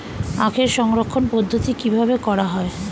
আখের সংরক্ষণ পদ্ধতি কিভাবে করা হয়?